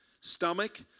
stomach